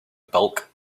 bulk